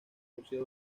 producido